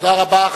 תודה רבה.